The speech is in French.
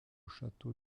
château